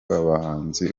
abahanzi